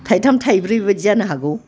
थाइथाम थाइब्रै बेबायदि जानो हागौ